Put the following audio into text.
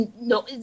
no